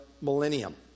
millennium